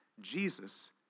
Jesus